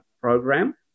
program